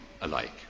alike